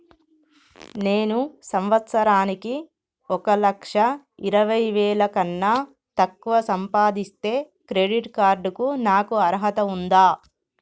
నేను సంవత్సరానికి ఒక లక్ష ఇరవై వేల కన్నా తక్కువ సంపాదిస్తే క్రెడిట్ కార్డ్ కు నాకు అర్హత ఉందా?